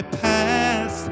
past